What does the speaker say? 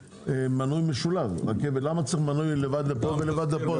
המנוי המשולב למה צריך מנוי נפרד לרכבת ומנוי נפרד לאוטובוס?